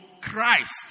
Christ